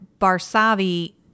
Barsavi